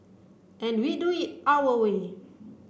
and we do it our way